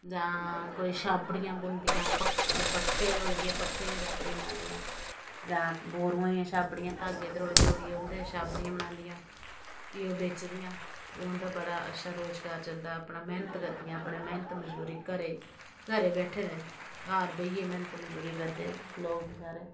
जां कोई छाबड़ियां बुनदियां पक्खियां अगर पट्ठे होई ए पट्ठे दियां छाबड़ियां बनादियां जां बोरुएं दियां छाबड़ियां धागे दरोह्ड़ी दरोह्ड़िऐ उंदे छाबड़ियां बनादियां फ्ही ओह् बेचदियां ते उंदा बड़ा अच्छा रोजगार चलदा अपना मैह्नत करदियां अपनै मैह्नत मजूरी घरै घरै बैठे दे घर बेहियै मैह्नत मजूरी करदे लोक बेचारे